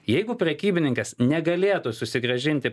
jeigu prekybininkas negalėtų susigrąžinti